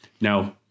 Now